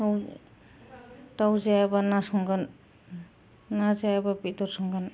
दाउ जायाबा ना संगोन ना जायाबा बेदर संगोन